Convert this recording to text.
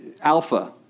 alpha